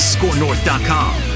ScoreNorth.com